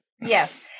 Yes